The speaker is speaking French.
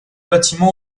bâtiment